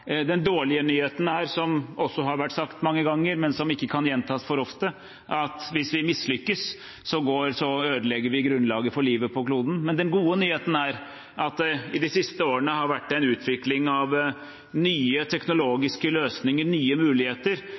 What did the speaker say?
Den dårlige nyheten – noe som også har vært sagt mange ganger, men som ikke kan gjentas for ofte – er at hvis vi mislykkes, ødelegger vi grunnlaget for livet på kloden. Den gode nyheten er at det i de siste årene har vært en utvikling av nye teknologiske løsninger, nye muligheter,